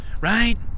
Right